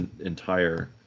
entire